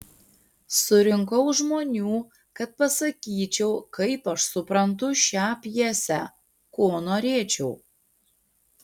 surinkau žmonių kad pasakyčiau kaip aš suprantu šią pjesę ko norėčiau